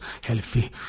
healthy